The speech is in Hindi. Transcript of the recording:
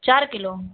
चार किलो